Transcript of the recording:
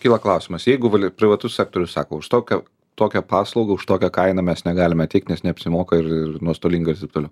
kyla klausimas jeigu privatus sektorius sako už tokią tokią paslaugą už tokią kainą mes negalime teikt nes neapsimoka ir ir nuostolinga ir taip toliau